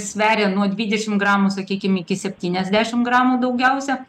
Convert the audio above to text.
sveria nuo dvidešim gramų sakykim iki septyniasdešim gramų daugiausia